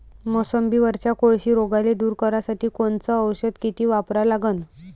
मोसंबीवरच्या कोळशी रोगाले दूर करासाठी कोनचं औषध किती वापरा लागन?